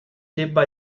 debba